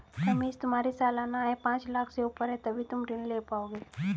रमेश तुम्हारी सालाना आय पांच लाख़ से ऊपर है तभी तुम ऋण ले पाओगे